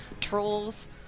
Trolls